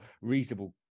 reasonable